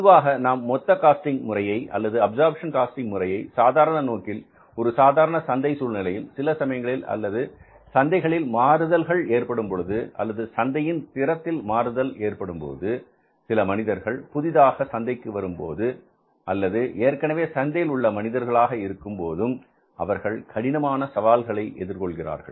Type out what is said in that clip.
பொதுவாக நாம் மொத்த காஸ்டிங் முறையை அல்லது அப்சர்ப்ஷன் காஸ்டிங் முறையை சாதாரண நோக்கில் ஒரு சாதாரணமான சந்தை சூழலில் சில சமயங்களில் அல்லது சந்தைகளில் மாறுதல்கள் ஏற்படும் பொழுது அல்லது சந்தையின் திறத்தில் மாறுபடும்போது சில மனிதர்கள் புதிதாக சந்தைக்கு வரும் போதும் அல்லது ஏற்கனவே சந்தையில் உள்ள மனிதர்களாக இருக்கும்போதும் அவர்கள் கடினமான சவால்களை எதிர்கொள்கிறார்கள்